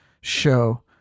show